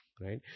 right